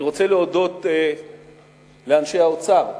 אני רוצה להודות לאנשי האוצר,